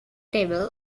table